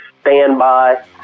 standby